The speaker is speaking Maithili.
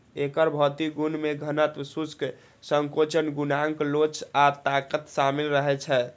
एकर भौतिक गुण मे घनत्व, शुष्क संकोचन गुणांक लोच आ ताकत शामिल रहै छै